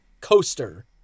coaster